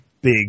big